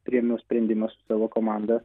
priėmiau sprendimą su savo komanda